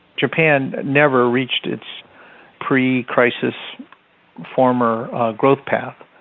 japan never reached its pre-crisis former growth path,